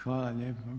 Hvala lijepa.